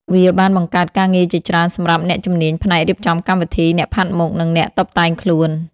វាបានបង្កើតការងារជាច្រើនសម្រាប់អ្នកជំនាញផ្នែករៀបចំកម្មវិធី អ្នកផាត់មុខ និងអ្នកតុបតែងខ្លួន។